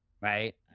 right